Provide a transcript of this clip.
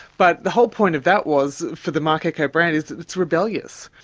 but the whole point of that was, for the marc ecko brand, is that it's rebellious.